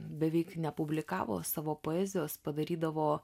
beveik nepublikavo savo poezijos padarydavo